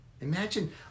Imagine